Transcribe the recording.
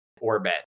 orbit